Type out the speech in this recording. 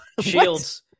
shields